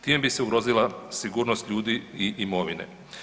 Time bi se ugrozila sigurnost ljudi i imovine.